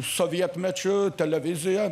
sovietmečiu televizija